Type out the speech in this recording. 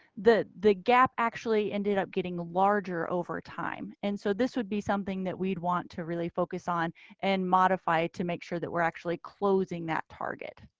the the gap actually ended up getting larger over time and so this would be something that we'd want to really focus on and modify to make sure that we're actually closing that target.